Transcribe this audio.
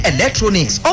Electronics